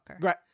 right